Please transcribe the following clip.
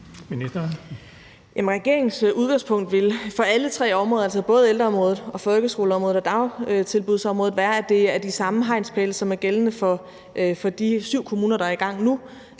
Regeringens udgangspunkt vil for alle tre områder, altså både ældreområdet, folkeskoleområdet og dagtilbudsområdet, være, at det er de samme hegnspæle, som er gældende for de syv kommuner, der er i gang nu,